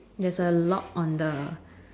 that's a lock on the